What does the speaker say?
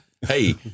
Hey